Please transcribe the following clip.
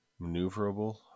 maneuverable